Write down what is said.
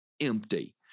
empty